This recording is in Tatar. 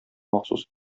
махсус